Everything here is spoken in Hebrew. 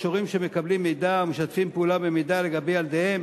יש הורים שמקבלים מידע ומשתפים פעולה במידע לגבי ילדיהם